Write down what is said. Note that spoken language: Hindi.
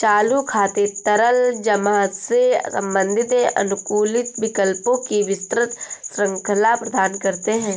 चालू खाते तरल जमा से संबंधित हैं, अनुकूलित विकल्पों की विस्तृत श्रृंखला प्रदान करते हैं